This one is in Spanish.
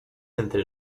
entre